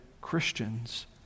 Christians